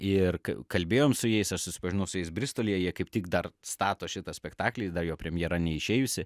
ir kalbėjom su jais aš susipažinau su jais bristolyje jie kaip tik dar stato šitą spektaklį dar jo premjera neišėjusi